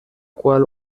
qual